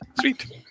Sweet